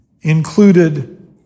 included